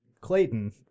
Clayton